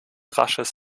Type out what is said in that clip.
rasches